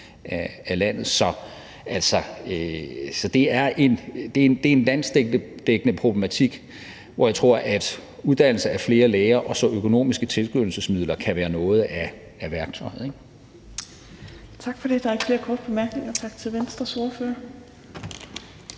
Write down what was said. af landet. Så det er en landsdækkende problematik, hvor jeg tror, at uddannelse af flere læger og så økonomiske tilskyndelsesmidler kan være nogle af værktøjerne. Kl. 12:58 Fjerde næstformand (Trine Torp): Tak til Venstres ordfører.